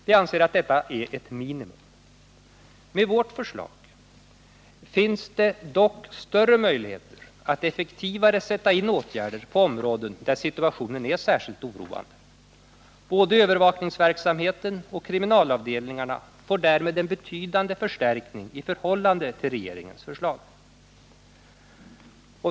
Vi anser att detta är ett minimum. Med vårt förslag finns det dock större möjligheter att effektivare sätta in åtgärder på områden där situationen är särskilt oroande. Både övervakningsverksamheten och kriminalavdelningarna får därmed en betydande förstärkning i förhållande till regeringens förslag.